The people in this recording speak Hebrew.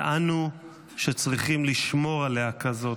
ואנו שצריכים לשמור עליה כזאת.